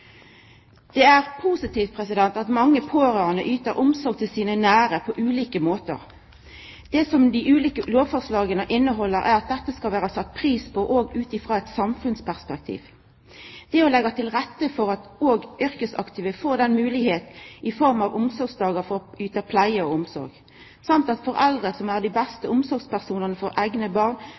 Det er positivt at mange pårørande yter omsorg til sine nære på ulike måtar. Det som dei ulike lovforslaga omhandlar, er at dette skal det bli sett pris på, òg ut frå eit samfunnsperspektiv. Ein legg til rette for at yrkesaktive får moglegheit i form av omsorgsdagar til å yta pleie og omsorg, og at foreldre, som er dei beste omsorgspersonane for eigne barn,